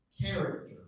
character